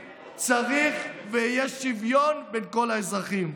צריך להיות ויהיה שוויון" בין כל האזרחים.